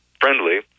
friendly